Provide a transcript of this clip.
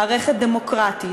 מערכת דמוקרטית,